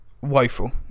woeful